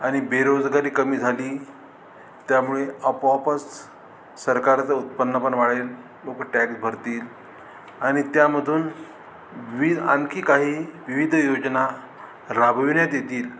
आणि बेरोजगारी कमी झाली त्यामुळे आपोआपच सरकारचं उत्पन्न पण वाढेल लोक टॅक्स भरतील आणि त्यामधून विविध आणखी काही विविध योजना राबविण्यात येतील